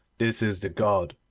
this is the god.